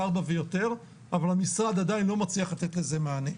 ארבעה ויותר אבל המשרד עדיין לא מצליח לתת לזה מענה,